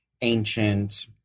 ancient